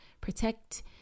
protect